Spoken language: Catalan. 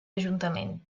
ajuntament